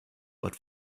but